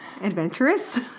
Adventurous